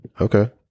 okay